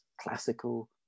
classical